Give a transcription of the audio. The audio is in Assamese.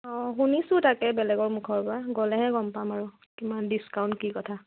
অঁ শুনিছোঁ তাকে বেলেগৰ মুখৰ পৰা গ'লেহে গম পাম আৰু কিমান ডিছকাউণ্ট কি কথা